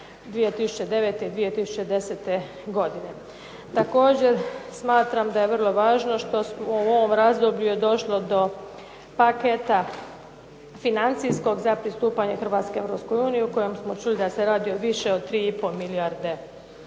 2009., 2010. godine. Također smatram da je vrlo važno što je u ovom razdoblju došlo do financijskog paketa za pristupanje Hrvatske Europskoj uniji u kojem smo čuli da se radi više od tri i pol milijarde eura.